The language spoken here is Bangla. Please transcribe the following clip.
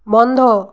বন্ধ